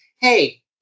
hey